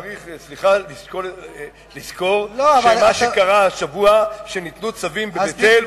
אתה צריך לזכור שמה שקרה השבוע זה שניתנו צווים בבית-אל,